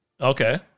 Okay